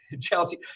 Chelsea